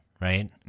right